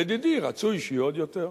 לדידי, רצוי שיהיו עוד יותר.